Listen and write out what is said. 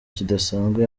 kidasanzwe